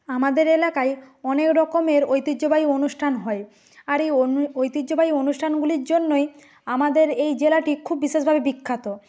আমাদের এলাকায় অনেক রকমের ঐতিহ্যবাহী অনুষ্ঠান হয় আর এই অনু ঐতিহ্যবাহী অনুষ্ঠানগুলির জন্যই আমাদের এই জেলাটি খুব বিশেষভাবে বিখ্যাত